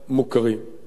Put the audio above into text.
והרי אתה יודע,